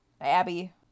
Abby